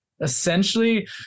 Essentially